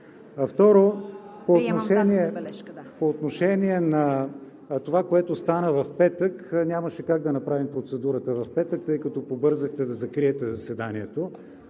Второ, по отношение на това, което стана в петък – нямаше как да направим процедурата в петък, тъй като побързахте да закриете заседанието.